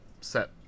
set